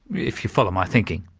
if you follow my thinking.